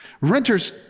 Renters